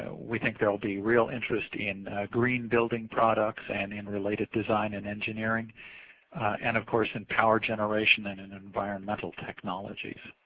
ah we think theyill be real interest in green building products and in related design and engineering and of course in power generation and and environmental technologies.